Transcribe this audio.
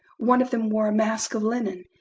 one of them wore a mask of linen.